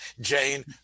jane